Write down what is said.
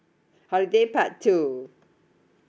holiday part two